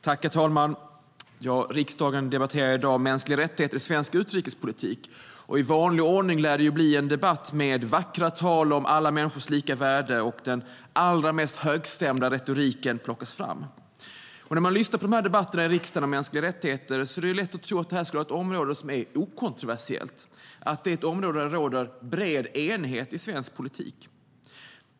Herr talman! Riksdagen debatterar i dag mänskliga rättigheter i svensk utrikespolitik. I vanlig ordning lär det bli en debatt med vackra tal om alla människors lika värde där den allra mest högstämda retoriken plockas fram. När man lyssnar på riksdagens debatter om mänskliga rättigheter är det lätt att tro att detta är ett okontroversiellt område där det råder bred enighet i svensk politik.